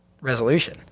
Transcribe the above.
resolution